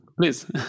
please